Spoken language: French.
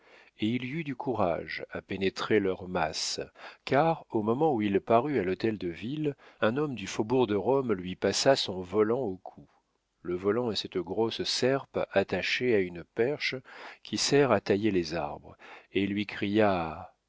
et il y eut du courage à pénétrer leurs masses car au moment où il parut à l'hôtel-de-ville un homme du faubourg de rome lui passa son volant au cou le volant est cette grosse serpe attachée à une perche qui sert à tailler les arbres et lui cria